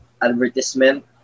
advertisement